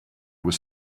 was